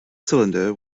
cylinder